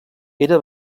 era